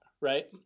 right